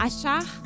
Achar